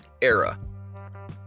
era